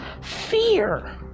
fear